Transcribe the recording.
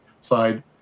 side